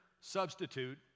Substitute